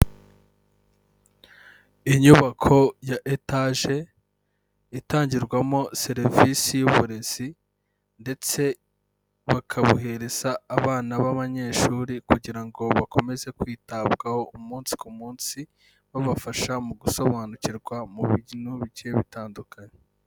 Inyubako ya etaje itangirwamo serivisi y'uburezi ndetse bakabuhereza abana b'abanyeshuri kugira ngo bakomeze kwitabwaho umunsi ku munsi, babafasha mu gusobanukirwa mu bintu bigiye bitandukanye.